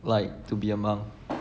like to be a monk